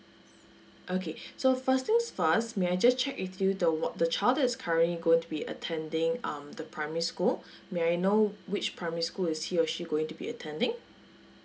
okay so first things first may I just check with you the [one] the child that is currently going to be attending um the primary school may I know which primary school is he or she going to be attending